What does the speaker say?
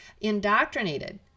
indoctrinated